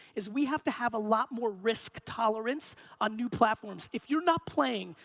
is we have to have a lot more risk tolerance on new platforms. if you're not playing,